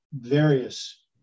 various